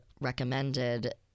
recommended